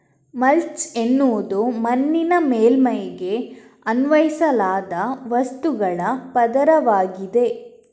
mulch ಎನ್ನುವುದು ಮಣ್ಣಿನ ಮೇಲ್ಮೈಗೆ ಅನ್ವಯಿಸಲಾದ ವಸ್ತುಗಳ ಪದರವಾಗಿದೆ